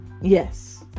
yes